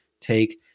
take